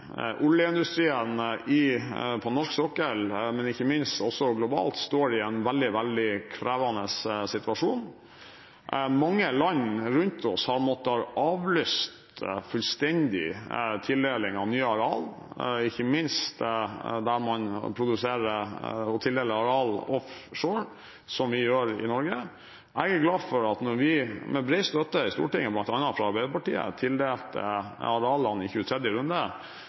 Oljeindustrien på norsk sokkel, og ikke minst globalt, står i en veldig krevende situasjon. Mange land rundt oss har måttet avlyse fullstendig tildeling av nye areal, ikke minst der man produserer og tildeler areal offshore, som vi gjør i Norge. Jeg er glad for at da vi med bred støtte i Stortinget bl.a. fra Arbeiderpartiet tildelte arealene i 23. runde,